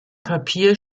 papier